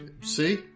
See